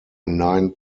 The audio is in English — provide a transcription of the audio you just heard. nine